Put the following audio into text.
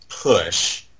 push